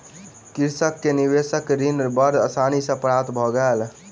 कृषक के निवेशक ऋण बड़ आसानी सॅ प्राप्त भ गेल